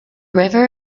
river